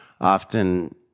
often